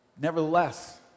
Nevertheless